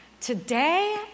today